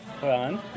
fun